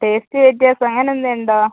taste വ്യത്യാസം അങ്ങനെ എന്തെങ്കിലുണ്ടോ